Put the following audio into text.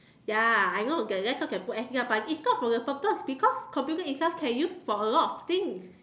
ya I know that's why can put S_D drive but it's not for the purpose because computer itself can use for a lot of things